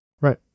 Right